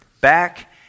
back